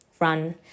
run